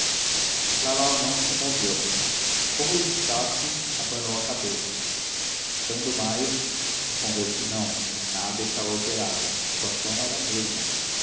passado lalau não se moveu como eu instasse abanou a cabeça instando mais respondeu que não que nada estava alterado a situação era a mesma